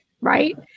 right